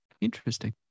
interesting